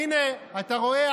הינה, אתה רואה?